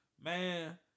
Man